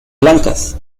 blancas